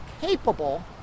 capable